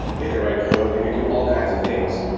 they could write code, they could do all kinds of things.